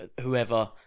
whoever